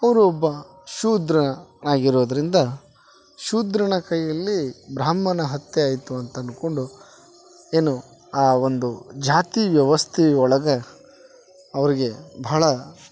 ಅವರು ಒಬ್ಬ ಶೂದ್ರನಾಗಿರೋದರಿಂದ ಶೂದ್ರನ ಕೈಯಲ್ಲಿ ಬ್ರಾಹ್ಮಣ ಹತ್ಯೆ ಆಯಿತು ಅಂತ ಅನ್ಕೊಂಡು ಏನು ಆ ಒಂದು ಜಾತಿ ವ್ಯವಸ್ಥೆ ಒಳಗ ಅವರಿಗೆ ಭಾಳ